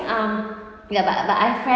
um ya but I but I've friends